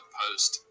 post